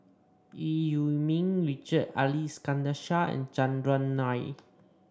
Eu Yee Ming Richard Ali Iskandar Shah and Chandran Nair